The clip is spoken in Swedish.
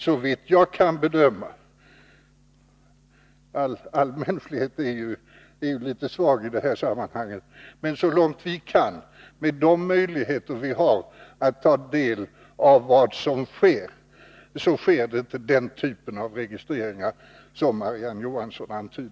Såvitt vi kan bedöma — all mänsklighet är ju litet svag i detta sammanhang — med de möjligheter vi har att ta del av vad som händer sker inte den typ av registrering som Marie-Ann Johansson antydde.